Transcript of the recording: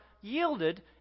yielded